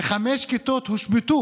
וחמש כיתות הושבתו